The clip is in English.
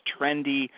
trendy